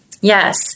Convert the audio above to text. Yes